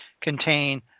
contain